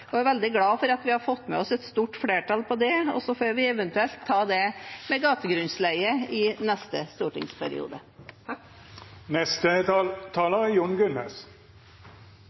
og jeg er veldig glad for at vi har fått med oss et stort flertall på det. Så får vi eventuelt ta det med gategrunnleie i neste stortingsperiode. Venstre deltar ikke med noen representant i kommunal- og forvaltningskomiteen, det er